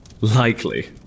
Likely